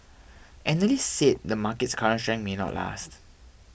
analysts said the market's current strength may not last